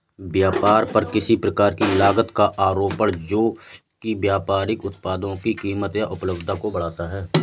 व्यापार पर किसी प्रकार की लागत का आरोपण जो कि व्यापारिक उत्पादों की कीमत या उपलब्धता को बढ़ाता है